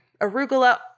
Arugula